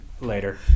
Later